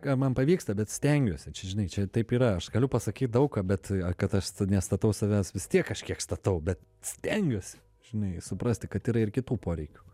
ar man pavyksta bet stengiuosi čia žinai čia taip yra aš galiu pasakyt daug ką bet kad aš nestatau savęs vis tiek kažkiek statau bet stengiuosi žinai suprasti kad yra ir kitų poreikių